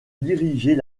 diriger